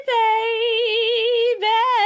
baby